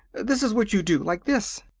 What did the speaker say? this is what you do. like this.